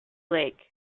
lake